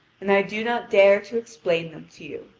and i do not dare to explain them to you.